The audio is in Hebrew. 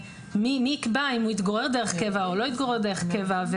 מי יקבע אם הוא התגורר דרך קבע או לא התגורר דרך קבע.